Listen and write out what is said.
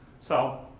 so,